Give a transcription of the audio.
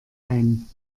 ein